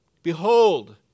Behold